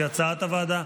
כהצעת הוועדה,